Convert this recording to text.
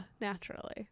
naturally